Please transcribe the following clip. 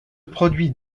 produit